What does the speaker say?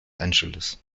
angeles